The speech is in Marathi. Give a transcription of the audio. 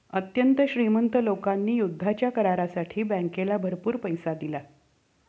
अत्यंत श्रीमंत लोकांनी युद्धाच्या करारासाठी बँकेला भरपूर पैसा दिला